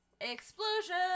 Explosion